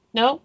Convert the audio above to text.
no